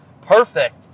perfect